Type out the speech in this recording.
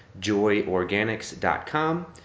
joyorganics.com